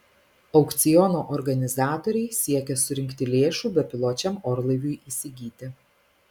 aukciono organizatoriai siekia surinkti lėšų bepiločiam orlaiviui įsigyti